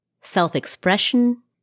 self-expression